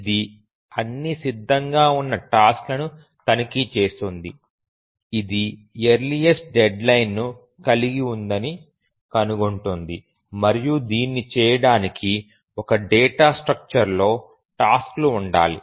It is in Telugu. ఇది అన్ని సిద్ధంగా ఉన్న టాస్క్ లను తనిఖీ చేస్తుంది ఇది ఎర్లీఎస్ట్ డెడ్లైన్ను కలిగి ఉందని కనుగొంటుంది మరియు దీన్ని చేయడానికి ఒక డేటా స్ట్రక్చర్లో టాస్క్ లు ఉండాలి